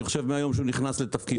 אני חושב מהיום שהוא נכנס לתפקידו.